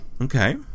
Okay